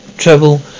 Travel